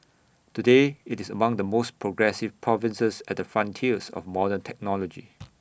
today IT is among the most progressive provinces at the frontiers of modern technology